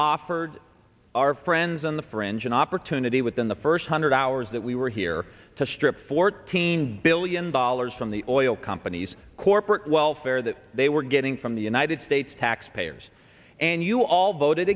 offered our friends on the fringe an opportunity within the first hundred hours that we were here to strip fourteen billion dollars from the oil companies corporate welfare that they were getting from the united states taxpayers and you all voted